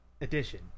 edition